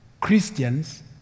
Christians